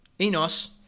Enos